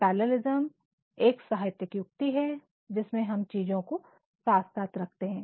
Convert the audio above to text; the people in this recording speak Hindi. पैरलालिस्म एक साहित्यिक युक्ति है जिसमें हम चीजों को साथ साथ रखते हैं